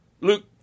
Luke